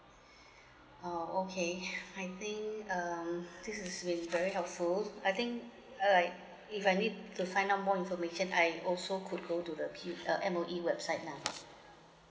uh okay I think um this is really very helpful I think alright if I need to find out more information I also could go to the P~ uh M_O_E website lah